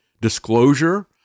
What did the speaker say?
disclosure